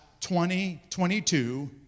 2022